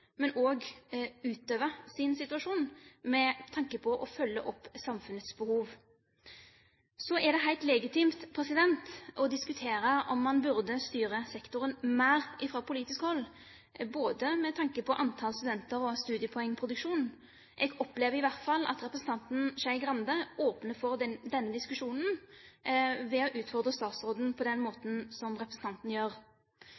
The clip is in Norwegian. og også utover sin situasjon med tanke på å følge opp samfunnets behov. Så er det helt legitimt å diskutere om man burde styre sektoren mer fra politisk hold, både med tanke på antall studenter og studiepoengproduksjon. Jeg opplever i hvert fall at representanten Skei Grande åpner for denne diskusjonen ved å utfordre statsråden på den